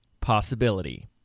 possibility